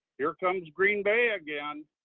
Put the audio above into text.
here comes green bay again.